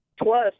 Plus